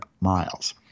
miles